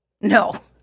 No